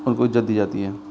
उनको इज़्ज़त दी जाती है